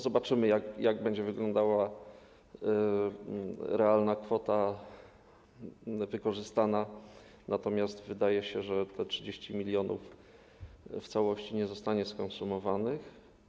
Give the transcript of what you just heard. Zobaczymy, jak będzie wyglądała realna kwota wykorzystana, natomiast wydaje się, że te 30 mln w całości nie zostanie skonsumowane.